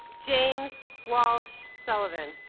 james walsh sullivan